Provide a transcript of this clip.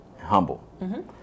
humble